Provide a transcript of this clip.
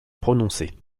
prononcée